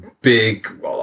big